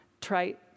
trite